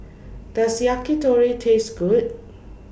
Does Yakitori Taste Good